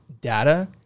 data